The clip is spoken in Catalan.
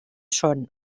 són